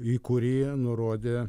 į kurį nurodė